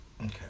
Okay